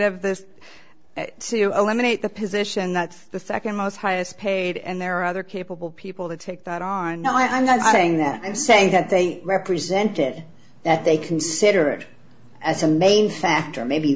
of this to eliminate the position that the second most highest paid and there are other capable people to take that on i'm not saying that i'm saying that they represent it that they consider it as a main factor maybe